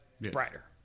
brighter